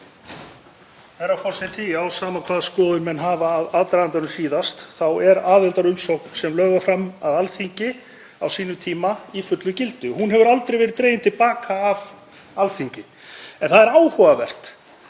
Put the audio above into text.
er aðildarumsókn, sem lögð var fram á Alþingi á sínum tíma, í fullu gildi. Hún hefur aldrei verið dregin til baka af Alþingi. En það er áhugavert